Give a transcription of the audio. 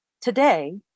today